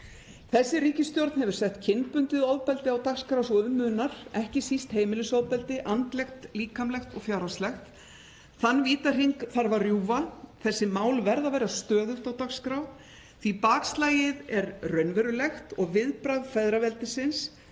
Þessi ríkisstjórn hefur sett kynbundið ofbeldi á dagskrá svo um munar, ekki síst heimilisofbeldi, andlegt, líkamlegt og fjárhagslegt. Þann vítahring þarf að rjúfa. Þessi mál verða að vera stöðugt á dagskrá því bakslagið er raunverulegt og viðbragð feðraveldisins